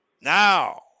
Now